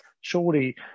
surely